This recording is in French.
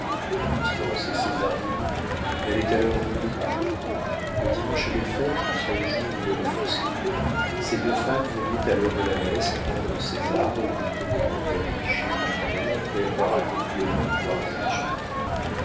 constance et césarine n'allaient alors nulle part le dimanche et les fêtes seuls jours où elles fussent libres ces deux femmes venaient à l'heure de la messe prendre césar et lui tenaient compagnie chez pillerault après avoir accompli leurs devoirs religieux